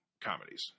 comedies